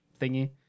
thingy